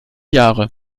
jahre